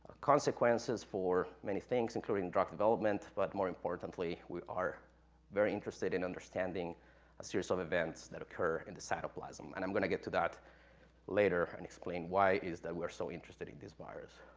consequences for many things, including drug development, but more importantly, we are very interested in understanding a series of events that occur in the cytoplasm, and i'm going to get to that later and explain why it is that we're so interested in this virus,